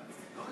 אדוני